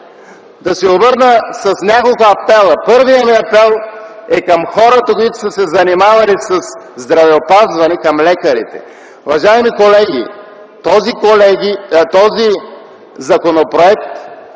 да отправя няколко апела. Първият ми апел е към хората, които са се занимавали със здравеопазване, към лекарите: уважаеми колеги, този законопроект